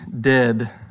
dead